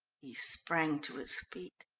he sprang to his feet.